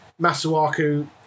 Masuaku